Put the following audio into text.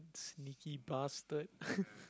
sneaky bastard